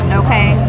okay